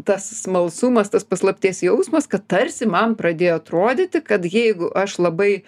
tas smalsumas tas paslapties jausmas kad tarsi man pradėjo atrodyti kad jeigu aš labai